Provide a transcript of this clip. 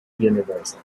universal